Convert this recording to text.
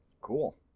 Cool